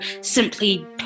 simply